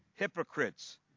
Hypocrites